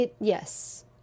Yes